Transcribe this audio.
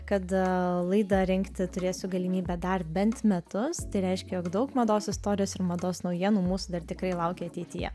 kada laida rinkti turėsiu galimybę dar bent metus tai reiškia jog daug mados istorijos ir mados naujienų mūsų dar tikrai laukia ateityje